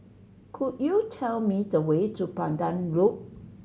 could you tell me the way to Pandan Loop